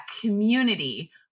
community